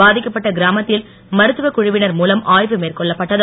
பாதிக்கப்பட்ட கிராமத்தில் மருத்துவக் குழுவினர் மூலம் ஆய்வு மேற்கொள்ளப்பட்டது